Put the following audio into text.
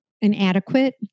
inadequate